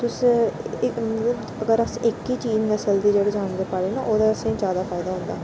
तुस इक मतलब अगर अस इक ई चीज़ नसल दे जेह्ड़े जानवर पाले ना ओह्दा असेंगी ज्यादा फायदा होंदा